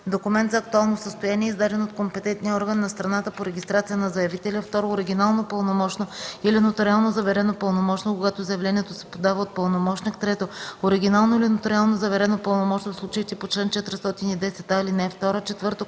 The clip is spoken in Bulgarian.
документ за актуално състояние, издаден от компетентния орган на страната по регистрация на заявителя; 2. оригинално пълномощно или нотариално заверено пълномощно – когато заявлението се подава от пълномощник; 3. оригинално или нотариално заверено пълномощно – в случаите по чл. 410а, ал. 2; 4.